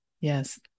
Yes